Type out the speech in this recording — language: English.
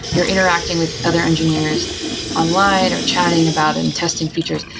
you're interacting with other engineers online or chatting about and testing features.